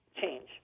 Change